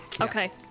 Okay